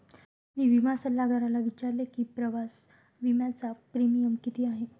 मी विमा सल्लागाराला विचारले की प्रवास विम्याचा प्रीमियम किती आहे?